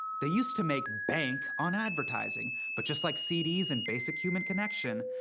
they used to make bank on advertising. but just like cds and basic human connection,